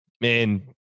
Man